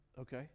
Okay